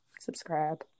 subscribe